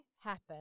happen